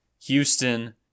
Houston